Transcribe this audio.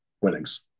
winnings